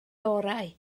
orau